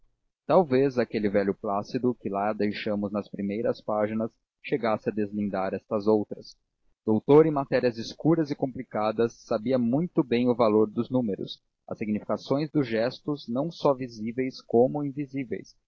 talvez aquele velho plácido que lá deixamos nas primeiras páginas chegasse a deslindar estas outras doutor em matérias escuras e complicadas sabia muito bem o valor dos números a significação dos gestos não só visíveis como invisíveis